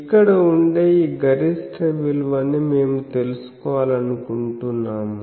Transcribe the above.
ఇక్కడ ఉండే ఈ గరిష్ట విలువని మేము తెలుసుకోవాలనుకుంటున్నాము